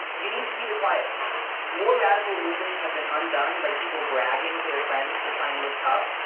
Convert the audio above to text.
you need to keep quiet more radical movements have been undone by people bragging to their friends to try and look tough,